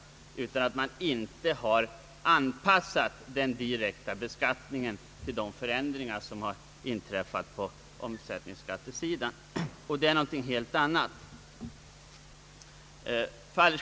Resultatet har uppstått genom att man inte mer än som skett anpassat den direkta skatten till de förändringar som inträffat på omsättningsskattens sida.